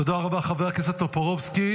תודה רבה, חבר הכנסת טופורובסקי.